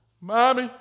Mommy